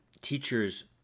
teachers